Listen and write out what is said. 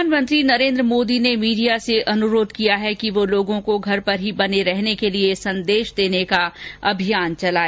प्रधानमंत्री नरेंद्र मोदी ने मीडिया से अनुरोध किया है कि वह लोगों को घर पर ही बने रहने के लिए संदेश देने का अभियान चलाए